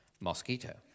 Mosquito